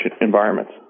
environments